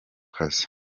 kazi